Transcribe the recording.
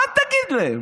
מה תגיד להם?